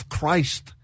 Christ